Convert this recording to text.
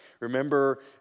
Remember